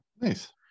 Nice